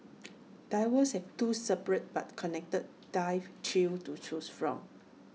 divers have two separate but connected dive trails to choose from